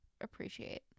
appreciate